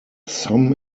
some